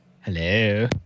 Hello